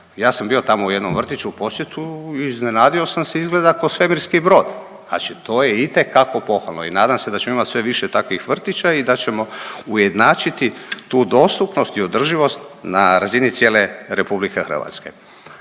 Ja sam bio tamo u jednom vrtiću u posjetu i iznenadio sam se izgleda ko svemirski brod. Znači to je itekako pohvalno i nadam se da ćemo imati sve više takvih vrtića i da ćemo ujednačiti tu dostupnost i održivost na razini cijele RH.